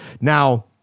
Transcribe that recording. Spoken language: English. Now